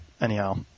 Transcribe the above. anyhow